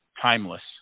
Timeless